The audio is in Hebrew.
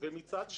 -- מצד שני,